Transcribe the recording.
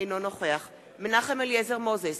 אינו נוכח מנחם אליעזר מוזס,